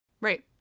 Right